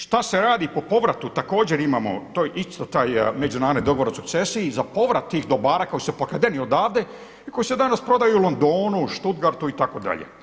Šta se radi po povratu, također imamo to isto taj međunarodni dogovor o sukcesiji, za povrat tih dobara koji su pokradeni odavdje i koji se danas prodaju u Londonu, Stuttgartu itd.